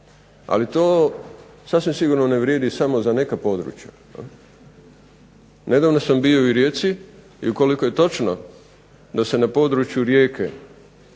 Ali to sasvim sigurno ne vrijedi samo za neka područja. Nedavno sam bio i u Rijeci i ukoliko je točno da se na području Rijeke